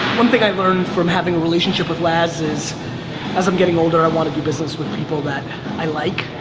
one thing i've learned from having a relationship with laz is as i'm getting older i want to do business with people that i like.